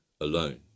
alone